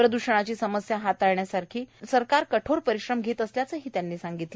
प्रदूषणाची समस्या हाताळण्यासाठी सरकार कठोर परिश्रम घेत आहे असंही त्यांनी सांगितलं